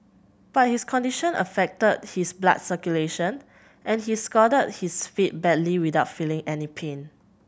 but his condition affected his blood circulation and he scalded his feet badly without feeling any pain